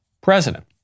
president